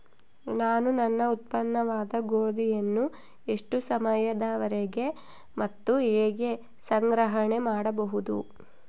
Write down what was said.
ನಾನು ನನ್ನ ಉತ್ಪನ್ನವಾದ ಗೋಧಿಯನ್ನು ಎಷ್ಟು ಸಮಯದವರೆಗೆ ಮತ್ತು ಹೇಗೆ ಸಂಗ್ರಹಣೆ ಮಾಡಬಹುದು?